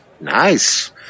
Nice